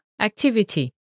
activity